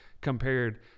compared